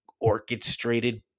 orchestrated